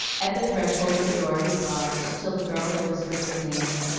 at the threshold of the door he paused, till the girl had whispered his name.